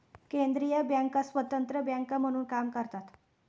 केंद्रीय बँका स्वतंत्र बँका म्हणून काम करतात